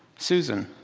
susan,